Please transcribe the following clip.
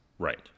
Right